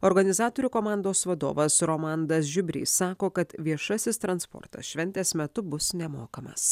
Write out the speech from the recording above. organizatorių komandos vadovas romandas žiubrys sako kad viešasis transportas šventės metu bus nemokamas